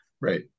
right